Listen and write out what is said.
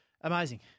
amazing